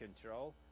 control